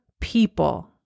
people